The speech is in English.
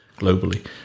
globally